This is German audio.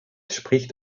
spricht